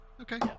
Okay